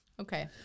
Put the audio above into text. Okay